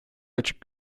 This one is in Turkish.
açık